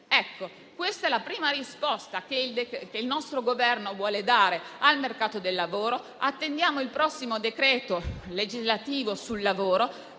Questa è la prima risposta che il nostro Governo vuole dare al mercato del lavoro. Attendiamo il prossimo decreto legislativo sul lavoro.